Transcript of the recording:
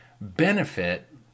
benefit